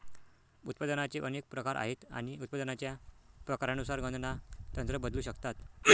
उत्पादनाचे अनेक प्रकार आहेत आणि उत्पादनाच्या प्रकारानुसार गणना तंत्र बदलू शकतात